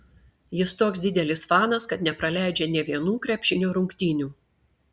jis toks didelis fanas kad nepraleidžia nė vienų krepšinio rungtynių